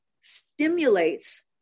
stimulates